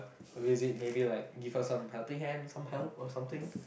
a visit maybe like give her some helping hand some help or something